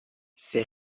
ses